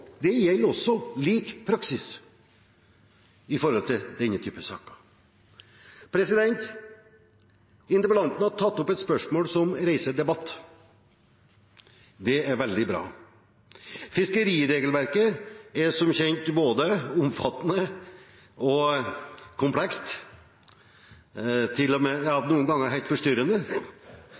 Det gjelder også lik praksis med tanke på denne typen saker. Interpellanten har tatt opp et spørsmål som reiser debatt. Det er veldig bra. Fiskeriregelverket er som kjent både omfattende og komplekst, noen ganger helt forstyrrende.